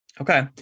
Okay